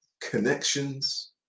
connections